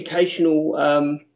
educational